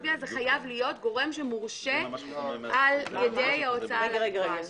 גבייה זה חייב להיות גורם שמורשה על-ידי ההוצאה לפועל.